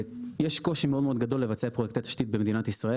יש קושי מאוד מאוד גדול לבצע את פרויקטי התשתית במדינת ישראל,